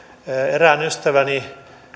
erään ystäväni